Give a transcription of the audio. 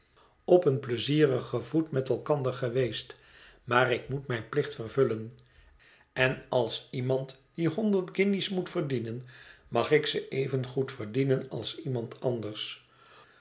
op een pleizierigen voet met elkander geweest maar ik moet mijn plicht vervullen en als iemand die honderd guinjes moet verdienen mag ik ze even goed verdienen als iemand anders